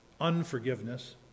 unforgiveness